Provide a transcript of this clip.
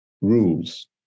rules